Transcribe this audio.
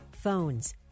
Phones